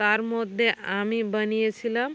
তার মধ্যে আমি বানিয়েছিলাম